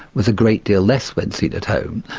was a great deal less when seen at home.